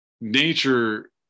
nature